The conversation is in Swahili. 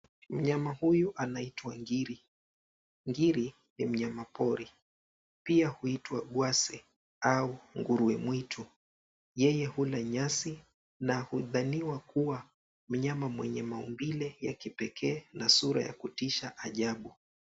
Mnyama huyu anaitwa ngiri, ngiri ni mnyama pori pia huitwa ngwase au nguruwe mwitu yeye hula nyasi na hudhaniwa kuwa mnyama mwenye maumbile ya kipekee na sura ya kutisha ajabu.